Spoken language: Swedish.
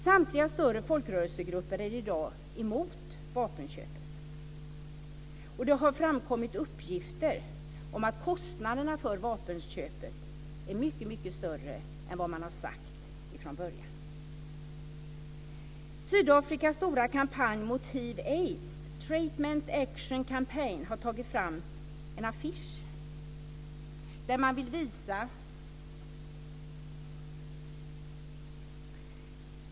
Samtliga större folkrörelsegrupper är i dag emot vapenköpet, och det har framkommit uppgifter om att kostnaderna för vapenköpet är mycket större än vad man har sagt från början. Action Campaign, har tagit fram en affisch som jag har här.